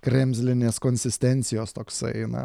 kremzlinės konsistencijos toksai na